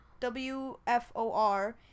WFOR